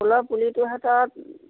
ফুলৰ পুলিটো হাতত